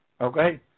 Okay